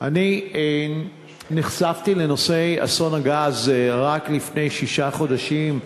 אני נחשפתי לנושא אסון הגז רק לפני שישה חודשים,